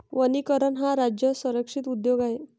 वनीकरण हा राज्य संरक्षित उद्योग आहे